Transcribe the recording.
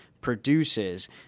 produces